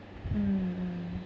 mm